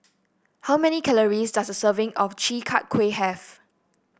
how many calories does a serving of Chi Kak Kuih have